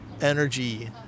energy